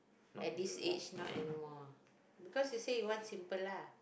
at this age not anymore lah because she said she wants simple lah